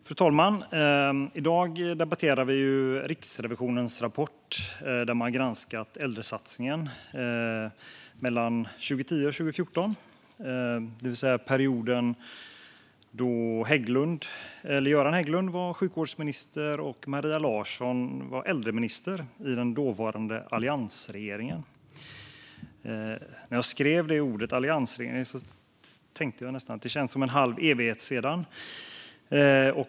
Fru talman! I dag debatterar vi Riksrevisionens rapport. Man har granskat Äldresatsningen 2010-2014, det vill säga den period då Göran Hägglund var sjukvårdsminister och Maria Larsson var äldreminister i den dåvarande alliansregeringen. När jag skrev ordet alliansregeringen kändes det nästan som att det är en halv evighet sedan.